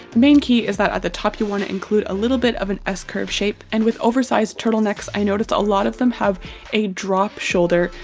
main key is that at the top you wanna include a little bit of an s curve shape and with over-sized turtlenecks i noticed a lot of them have a drop-shoulder.